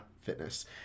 fitness